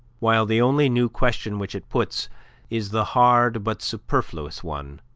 while the only new question which it puts is the hard but superfluous one,